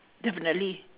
definitely